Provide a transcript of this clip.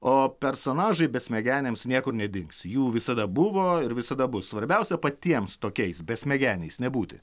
o personažai besmegeniams niekur nedings jų visada buvo ir visada bus svarbiausia patiems tokiais besmegeniais nebūti